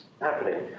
happening